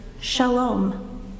shalom